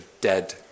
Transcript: dead